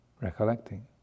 recollecting